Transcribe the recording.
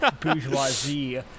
bourgeoisie